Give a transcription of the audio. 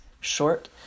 short